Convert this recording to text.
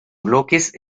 bloques